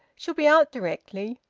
she'll be out directly.